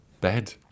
bed